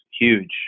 huge